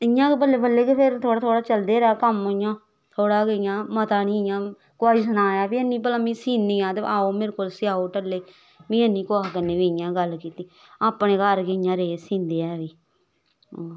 इयां गै बल्लें बल्लें फिर थोह्ड़ा थोह्ड़ा चलदा गै रेहा कम्म इयां थोह्ड़ा गै इयां मता नी इयां कुसा गी सनाना बी नी भला में सीनी आं ते आओ मेरे कोल स्याओ टल्ले में नी कुसा कन्नै इयां गल्ल कीती अपने घर गै रेह् इयां सींदे